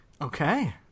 Okay